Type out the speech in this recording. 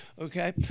okay